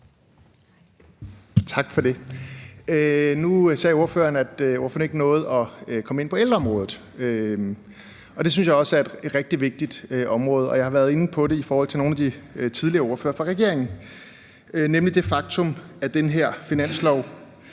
Tak for det. Nu sagde ordføreren, at ordføreren ikke nåede at komme ind på ældreområdet, men det synes jeg også er et rigtig vigtigt område, og jeg har været inde på det i forhold til nogle af de tidligere ordførere fra regeringen, nemlig det faktum, at den her finanslov